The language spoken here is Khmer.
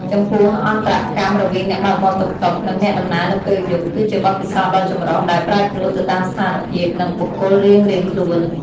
ចំពោះ អន្តរកម្មរវាងអ្នកបើកបរតុកតុក និងអ្នកដំណើរនៅពេលយប់ គឺជាបទពិសោធន៍ដ៏ចម្រុះ ដែលប្រែប្រួលទៅតាមស្ថានភាព និងបុគ្គលរៀងៗខ្លួន។